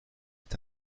est